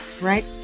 right